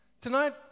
Tonight